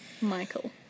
Michael